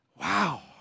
wow